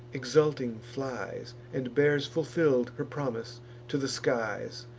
exulting flies, and bears fulfill'd her promise to the skies.